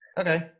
Okay